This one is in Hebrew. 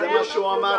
זה מה שהוא אמר.